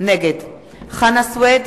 נגד חנא סוייד,